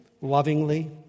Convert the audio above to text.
lovingly